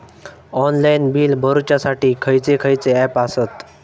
Online bill भरुच्यासाठी खयचे खयचे ऍप आसत?